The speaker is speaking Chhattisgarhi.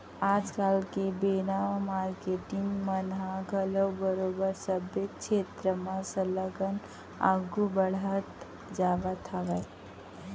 आज के बेरा म मारकेटिंग मन ह घलोक बरोबर सबे छेत्र म सरलग आघू बड़हत जावत हावय